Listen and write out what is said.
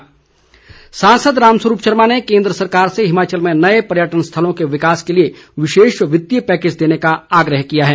रामस्वरूप सासंद राम स्वरूप शर्मा ने केंद्र सरकार से हिमाचल में नये पर्यटन स्थलों के विकास के लिए विशेष वित्तीय पैकेज देने का आग्रह किया है